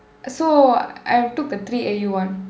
so I took the three A_U one